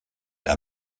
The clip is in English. had